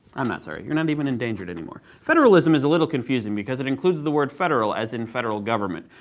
i'm not sorry. you're not even endangered anymore. federalism is a little confusing because it includes the word, federal, as in federal government,